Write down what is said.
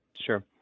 Sure